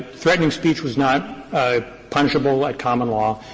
threatening speech was not punishable at common law.